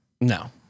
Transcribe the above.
No